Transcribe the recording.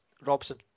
Robson